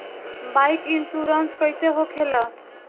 Bike insurance कैसे होखे ला?